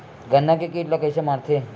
गन्ना के कीट ला कइसे मारथे?